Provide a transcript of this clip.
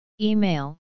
Email